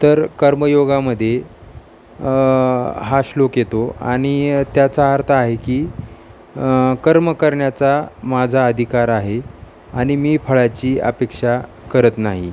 तर कर्मयोगामध्ये हा श्लोक येतो आणि त्याचा अर्थ आहे की कर्म करण्याचा माझा अधिकार आहे आणि मी फळाची अपेक्षा करत नाही